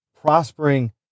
prospering